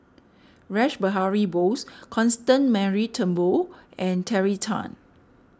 Rash Behari Bose Constance Mary Turnbull and Terry Tan